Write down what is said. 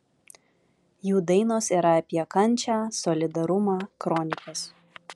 jų dainos yra apie kančią solidarumą kronikas